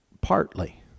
partly